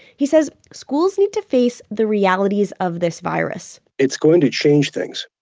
he says schools need to face the realities of this virus it's going to change things,